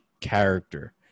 character